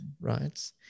right